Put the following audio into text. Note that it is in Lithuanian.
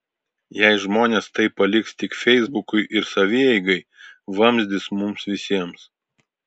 jei žmonės tai paliks tik feisbukui ir savieigai vamzdis mums visiems